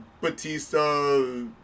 Batista